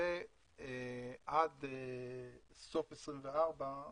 ועד סוף 24'